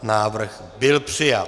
Návrh byl přijat.